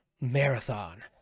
Marathon